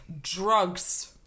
drugs